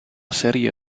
serie